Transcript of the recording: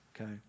okay